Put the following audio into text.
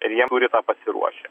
ir jie turi tą pasiruošę